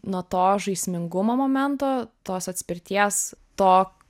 nuo to žaismingumo momento tos atspirties to